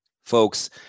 folks